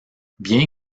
bien